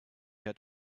had